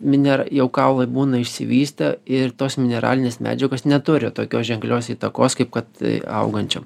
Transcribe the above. miner jau kaulai būna išsivystę ir tos mineralinės medžiagos neturi tokios ženklios įtakos kaip kad augančiam